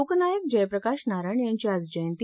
लोकनायक जयप्रकाश नारायण यांची आज जयंती